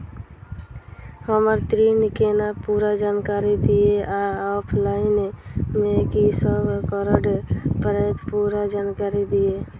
हम्मर ऋण केँ पूरा जानकारी दिय आ ऑफलाइन मे की सब करऽ पड़तै पूरा जानकारी दिय?